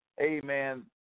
Amen